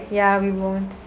ya we won't